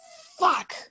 fuck